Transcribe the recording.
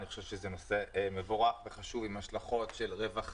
אני חושב שזה נושא מבורך וחשוב ם השלכות של רווחה,